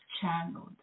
channeled